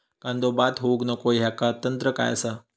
कांदो बाद होऊक नको ह्याका तंत्र काय असा?